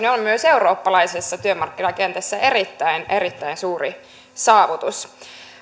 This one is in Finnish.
on myös eurooppalaisessa työmarkkinakentässä erittäin erittäin suuri saavutus